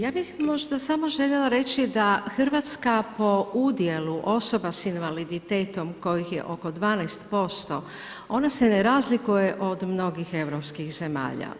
Ja bih možda samo željela reći da Hrvatska po udjelu osoba s invaliditetom koji je oko 12% ona se ne razlikuje od mnogih europskih zemalja.